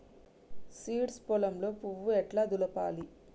Seeds పొలంలో పువ్వు ఎట్లా దులపాలి?